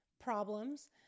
problems